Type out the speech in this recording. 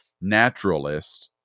naturalist